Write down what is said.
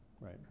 right